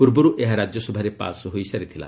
ପୂର୍ବରୁ ଏହା ରାଜ୍ୟସଭାରେ ପାସ୍ ହୋଇସାରିଥିଲା